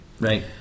right